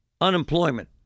unemployment